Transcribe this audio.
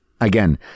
again